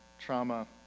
trauma